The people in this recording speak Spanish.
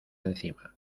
encima